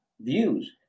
views